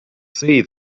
see